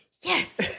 yes